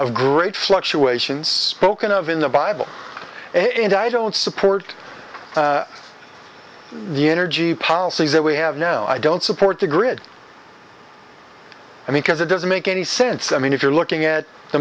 of great fluctuations spoken of in the bible and i don't support the energy policy that we have now i don't support the grid i mean because it doesn't make any sense i mean if you're looking at the